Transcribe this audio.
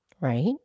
Right